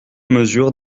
mesure